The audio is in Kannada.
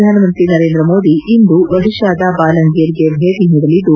ಪ್ರಧಾನ ಮಂತ್ರಿ ನರೇಂದ್ರ ಮೋದಿ ಇಂದು ಒಡಿತಾದ ಬಾಲಂಗೀರ್ಗೆ ಭೇಟಿ ನೀಡಲಿದ್ದು